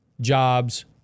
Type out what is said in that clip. jobs